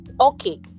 okay